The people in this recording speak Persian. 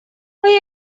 آیا